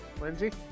Lindsay